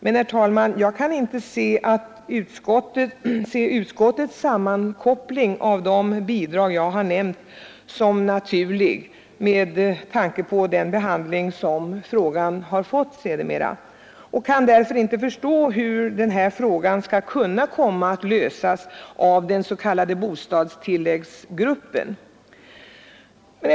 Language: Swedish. Men jag kan, herr talman, inte se utskottets sammankoppling av de bidrag jag nämnt som naturlig med tanke på den behandling som frågan har fått sedermera. Jag kan därför inte förstå hur denna fråga skall kunna lösas av den s.k. bostadstilläggsgruppen.